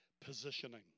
positioning